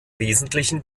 wesentlichen